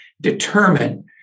determine